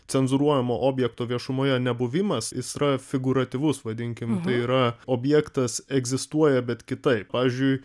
cenzūruojamo objekto viešumoje nebuvimas jis yra figūratyvus vadinkim tai yra objektas egzistuoja bet kitaip pavyzdžiui